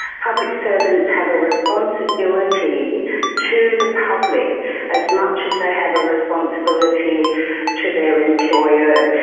public servants have a responsibility to the public as much as they have a responsibility to their employer.